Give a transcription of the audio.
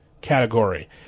category